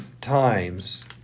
times